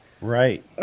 Right